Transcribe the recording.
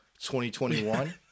2021